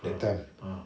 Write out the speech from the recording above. that time